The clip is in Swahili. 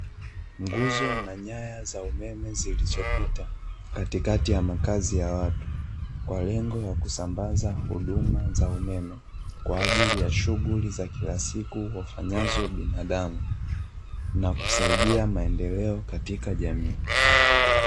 Nguzo na nyaya za umeme zilizopita katikati ya makazi ya watu, kwa lengo la kusambaza huduma za umeme kwa ajili ya shughuli za kila siku wafanyazo binadamu, na kusaidia maendeleo katika jamii.